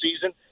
season